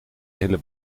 hele